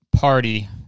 party